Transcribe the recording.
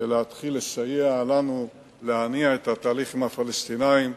להתחיל לסייע לנו להניע את התהליך עם הפלסטינים,